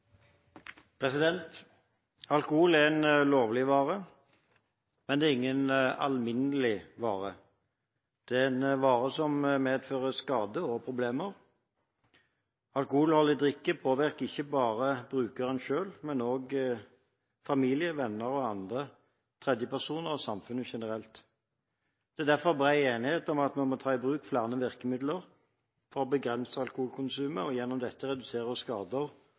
en vare som medfører skader og problemer. Alkoholholdig drikke påvirker ikke bare brukeren selv, men også familie, venner og andre tredjepersoner og samfunnet generelt. Det er derfor bred enighet om at vi må ta i bruk flere virkemidler for å begrense alkoholkonsumet og gjennom dette redusere skader